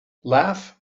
laugh